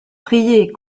priez